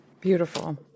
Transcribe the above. Beautiful